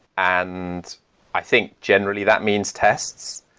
and i think, generally, that means tests.